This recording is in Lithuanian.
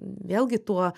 vėlgi tuo